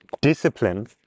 discipline